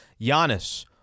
Giannis